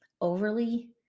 overly